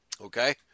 Okay